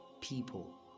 people